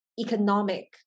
economic